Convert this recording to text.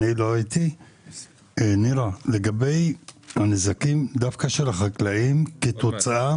נירה, לגבי הנזקים של החקלאים כתוצאה